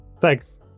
thanks